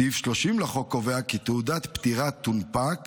סעיף 30 לחוק קובע כי תעודת פטירה תונפק